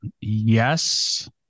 Yes